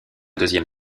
deuxième